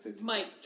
Mike